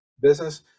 business